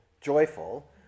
joyful